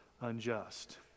unjust